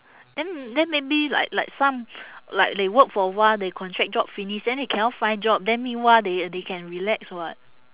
then then maybe like like some like they work for awhile their contract job finish then they cannot find job then meanwhile they they can relax [what]